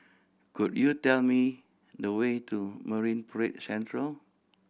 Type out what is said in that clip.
could you tell me the way to Marine Parade Central